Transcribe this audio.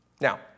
Now